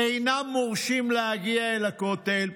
אינם מורשים להגיע אל הכותל.